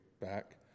back